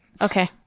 Okay